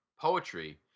poetry